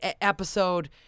episode